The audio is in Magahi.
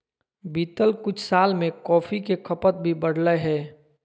बीतल कुछ साल में कॉफ़ी के खपत भी बढ़लय हें